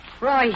Roy